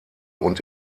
und